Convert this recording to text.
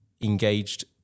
engaged